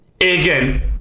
again